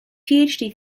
thesis